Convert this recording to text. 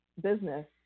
business